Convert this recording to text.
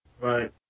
Right